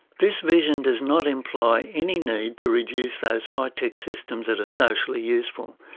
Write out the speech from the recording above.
this vision does not imply any need to reduce those high tech systems that are socially useful.